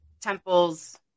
temples